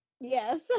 Yes